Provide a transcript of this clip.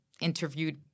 interviewed